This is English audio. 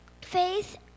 faith